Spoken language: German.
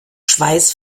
schweiß